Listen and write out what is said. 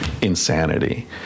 insanity